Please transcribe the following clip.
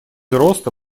роста